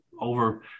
over